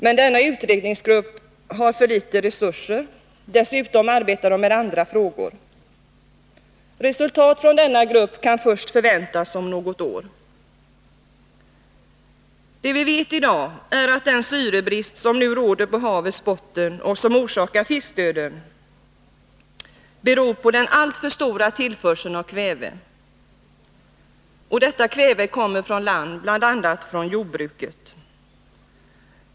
Men denna utredningsgrupp har för små resurser. Dessutom arbetar den också med andra frågor. Resultatet från denna grupp kan förväntas först om något år. Det vi vet i dag är att den syrebrist som nu råder på havets botten och som orsakar fiskdöden beror på den alltför stora tillförseln av kväve. Och detta kväve kommer från land, bl.a. från jordbruket.